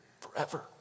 Forever